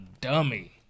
dummy